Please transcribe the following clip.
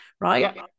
right